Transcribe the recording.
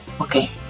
Okay